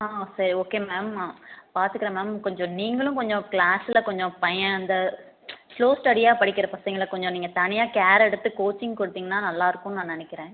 ஆ சரி okay ma'am பார்த்துக்குறேன் ma'am கொஞ்சம் நீங்களும் கொஞ்சம் க்ளாஸில் கொஞ்சம் பையன் அந்த ஸ்லோ ஸ்டெடியாக படிக்கிற பசங்களை கொஞ்சம் நீங்கள் தனியாக கேர் எடுத்து கோச்சிங் கொடுத்தீங்கனா நல்ல இருக்கும்ன்னு நான் நினைக்கிறேன்